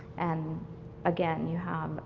and again, you have